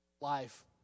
life